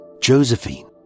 Josephine